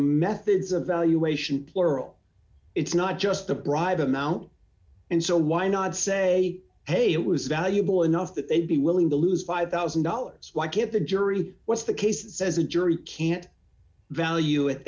methods of valuation plural it's not just a bribe amount and so why not say hey it was valuable enough that they'd d be willing to lose five thousand dollars why can't the jury what's the case says a jury can't value it